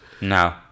No